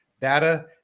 data